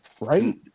right